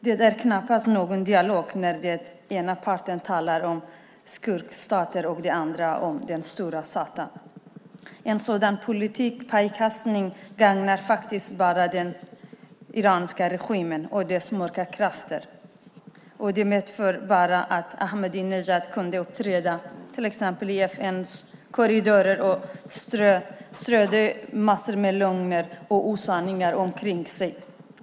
Det är knappast någon dialog när den ena parten talar om skurkstater och den andra om den stora satan. En sådan politisk pajkastning gagnar faktiskt bara den iranska regimen och dess mörka krafter. Det medförde bara att Ahmadinejad kunde uppträda i till exempel FN:s korridorer och strö massor av lögner och osanningar omkring sig.